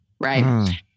right